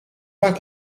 pas